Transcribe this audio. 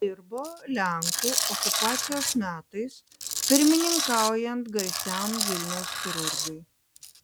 dirbo lenkų okupacijos metais pirmininkaujant garsiam vilniaus chirurgui